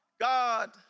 God